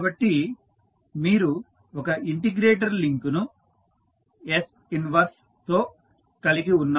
కాబట్టి మీరు ఒక ఇంటిగ్రేటర్ లింక్ ను s 1 తో కలిగి ఉన్నారు